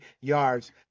yards